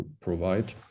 provide